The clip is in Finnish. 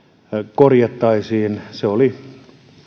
korjattaisiin se oli